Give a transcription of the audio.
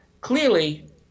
clearly